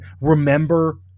remember